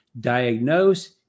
diagnose